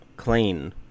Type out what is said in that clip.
clean